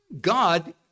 God